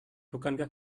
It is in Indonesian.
bukankah